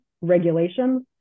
regulations